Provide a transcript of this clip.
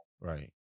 Right